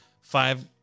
five